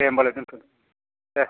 दे होम्बालाय दोन्थ' देह